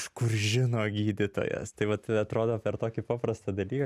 iš kur žino gydytojas tai vat atrodo per tokį paprastą dalyką